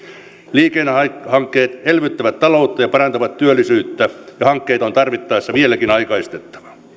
liikennehankkeet elvyttävät taloutta ja parantavat työllisyyttä ja hankkeita on tarvittaessa vieläkin aikaistettava